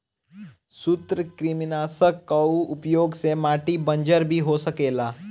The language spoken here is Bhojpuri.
सूत्रकृमिनाशक कअ उपयोग से माटी बंजर भी हो सकेला